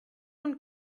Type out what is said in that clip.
und